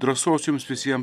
drąsos jums visiems